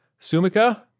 Sumika